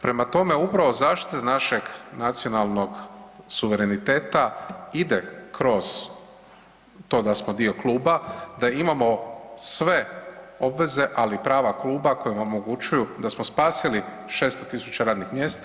Prema tome, upravo zaštita našeg nacionalnog suvereniteta ide kroz to da smo dio kluba, da imamo sve obveze ali prava kluba koja omogućuju da smo spasili 600 000 radnih mjesta.